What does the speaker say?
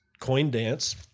Coindance